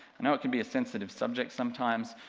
and know it can be a sensitive subject sometimes,